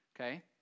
okay